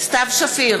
סתיו שפיר,